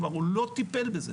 כבר הוא לא טיפל בזה.